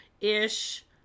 ish